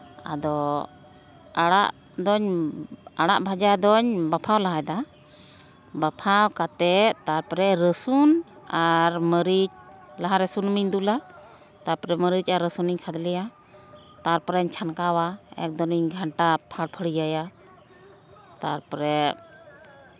ᱟᱫᱚ ᱟᱲᱟᱜ ᱫᱚᱧ ᱟᱲᱟᱜ ᱵᱷᱟᱡᱟ ᱫᱚᱧ ᱵᱷᱟᱯᱟᱣ ᱞᱟᱦᱟᱭᱫᱟ ᱵᱷᱟᱯᱟᱣ ᱠᱟᱛᱮ ᱛᱟᱨᱯᱚᱨᱮ ᱨᱟᱹᱥᱩᱱ ᱟᱨ ᱢᱟᱹᱨᱤᱪ ᱞᱟᱦᱟᱨᱮ ᱥᱩᱱᱩᱢᱤᱧ ᱫᱩᱞᱼᱟ ᱛᱟᱨᱯᱚᱨᱮ ᱢᱟᱹᱨᱤᱪ ᱟᱨ ᱨᱟᱹᱥᱩᱱ ᱤᱧ ᱠᱷᱟᱫᱽᱞᱮᱭᱟ ᱛᱟᱨᱯᱚᱨᱮᱧ ᱪᱷᱟᱱᱠᱟᱣᱟ ᱮᱠᱫᱚᱢᱤᱧ ᱜᱷᱟᱱᱴᱟ ᱯᱷᱟᱲ ᱯᱷᱟᱹᱲᱭᱟᱹᱭᱟ ᱛᱟᱨᱯᱚᱨᱮ